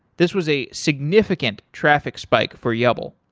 this was a significant traffic spike for yubl.